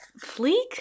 fleek